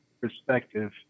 perspective